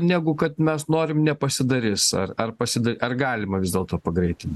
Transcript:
negu kad mes norim nepasidarys ar ar pasida ar galima vis dėlto pagreitin